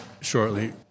Shortly